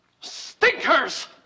stinkers